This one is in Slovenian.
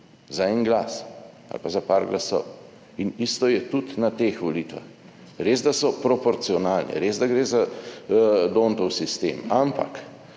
za en glas ali pa za par glasov in isto je tudi na teh volitvah. Res, da so proporcionalne, res, da gre za Dontov sistem, ampak